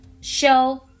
Show